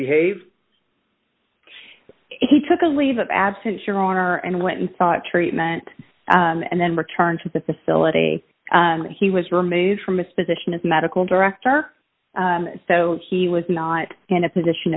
behave he took a leave of absence your honor and went and sought treatment and then returned to the facility he was removed from his position as medical director so he was not in a position